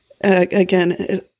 again